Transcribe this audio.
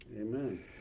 amen